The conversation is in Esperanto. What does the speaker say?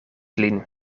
lin